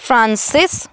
francis